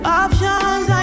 options